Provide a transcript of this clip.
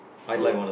so